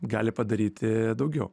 gali padaryti daugiau